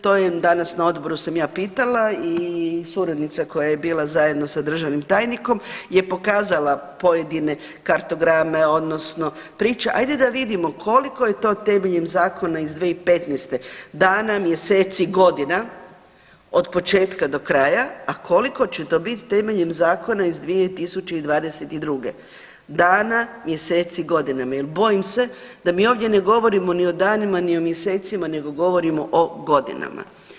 To je danas na odboru sam ja pitala i suradnica koja je bila zajedno sa državnim tajnikom je pokazala pojedine kartograme odnosno priče, ajde da vidimo koliko je to temeljem zakona iz 2015. dana, mjeseci, godina od početka do kraja, a koliko će to biti temeljem zakona iz 2022. dana, mjeseci, godina jel bojim se da mi ovdje ne govorimo ni o danima, ni o mjesecima nego govorimo o godinama.